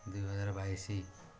ଦୁଇ ହଜାର ବାଇଶି